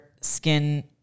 skin